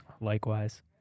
Likewise